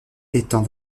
étant